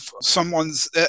someone's